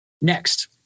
Next